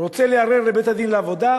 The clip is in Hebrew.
רוצה לערער לבית-הדין לעבודה,